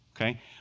okay